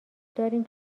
داریم